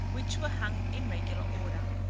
which were hung in regular order.